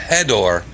Hedor